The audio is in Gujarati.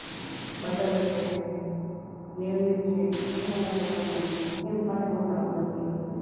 બટર છે મેયોનીઝ છે એ મને બહુ પસંદ નથી હેલ્થ માટે બહુ સારું નથી એ વસ્તુ